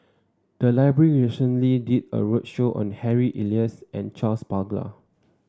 the library recently did a roadshow on Harry Elias and Charles Paglar